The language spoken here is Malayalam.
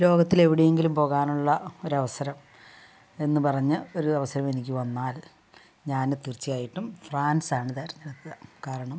ലോകത്തിൽ എവിടെ എങ്കിലും പോകാനുള്ള ഒരവസരം എന്ന് പറഞ്ഞ് ഒരു അവസരം എനിക്ക് വന്നാൽ ഞാൻ തീർച്ചയായിട്ടും ഫ്രാൻസാണ് തെരഞ്ഞെടുക്കുക കാരണം